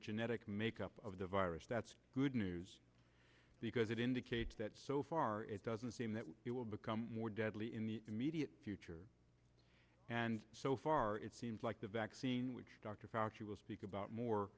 genetic makeup of the virus that's good news because it indicates that so far it doesn't seem that it will become more deadly in the immediate future and so far it seems like the vaccine which dr factor will speak about more